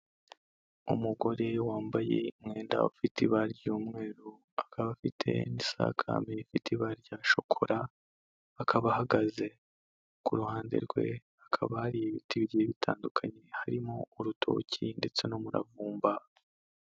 Umugore wambaye umwenda ufite ibara ry'umweru, akaba afite n'isakame ifite ibara rya shokora, akaba ahagaze ku ruhande rwe hakaba hari ibiti bigiye bitandukanye, harimo urutoki ndetse n'umuravumba.